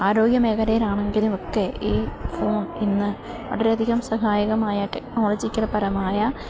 ആരോഗ്യ മേഖലയിലാണെങ്കിലുമൊക്കെ ഈ ഫോൺ ഇന്ന് വളരെയധികം സഹായകമായ ടെക്നോളജിക്കൽപരമായ